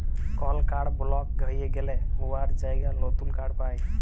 call কাড় বলক হঁয়ে গ্যালে উয়ার জায়গায় লতুল কাড় পায়